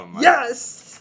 Yes